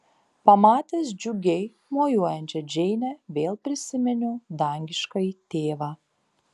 pamatęs džiugiai mojuojančią džeinę vėl prisiminiau dangiškąjį tėvą